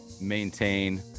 maintain